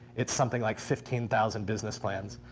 it's something like fifteen thousand business plans.